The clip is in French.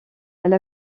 elle